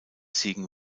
siegen